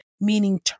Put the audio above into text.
meaning